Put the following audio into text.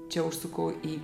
čia užsukau į